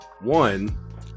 One